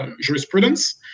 jurisprudence